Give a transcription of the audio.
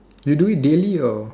you do it daily or